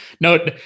no